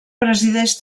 presideix